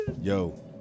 Yo